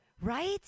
Right